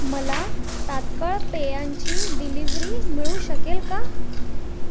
मला तात्काळ पेयांची डिलिव्हरी मिळू शकेल का